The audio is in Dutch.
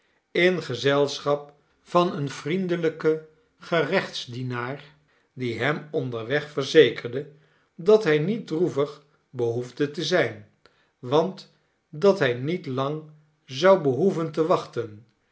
in gezelschap van een vriendelijken gerechtsdienaar die hem onderweg verzekerde dat hij niet droevig behoefde te zijn want dat hij niet lang zou behoeven te wachten